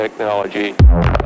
technology